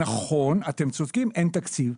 נכון, אתם צודקים, אין תקציב.